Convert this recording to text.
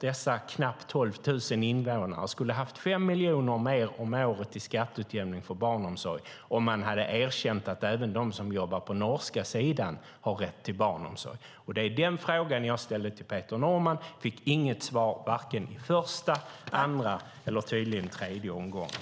De knappt 12 000 invånarna skulle ha haft 5 miljoner mer om året i skatteutjämning för barnomsorg om man hade erkänt att även de som arbetar på den norska sidan har rätt till barnomsorg. Det var den frågan jag ställde till Peter Norman. Jag fick inget svar vare sig i första, andra eller tydligen tredje omgången.